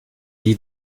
die